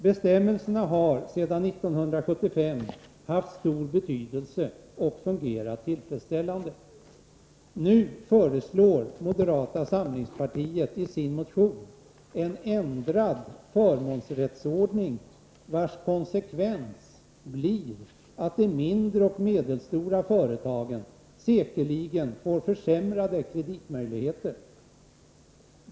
Bestämmelserna har sedan 1975 haft stor betydelse och fungerar tillfredsställande. Nu föreslår moderata samlingspartiet i sin motion en ändrad förmånsrättsordning, vars konsekvens säkerligen blir att de mindre och medelstora företagen får försämrade kreditmöjligheter.